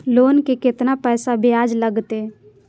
Loan के केतना पैसा ब्याज लागते?